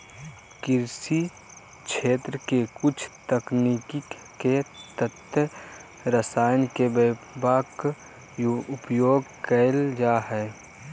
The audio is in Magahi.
कृषि क्षेत्र के कुछ तकनीक के तहत रसायन के व्यापक उपयोग कैल जा हइ